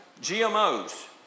GMOs